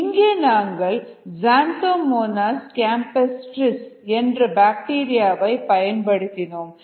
இங்கே நாங்கள் Xanthomonas campestris என்ற பாக்டீரியாவை பயன்படுத்தினோம்